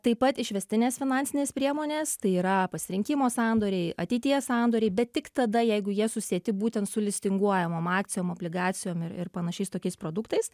taip pat išvestinės finansinės priemonės tai yra pasirinkimo sandoriai ateities sandoriai bet tik tada jeigu jie susieti būtent su listinguojamom akcijom obligacijos ir ir panašiais tokiais produktais